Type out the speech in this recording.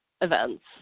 events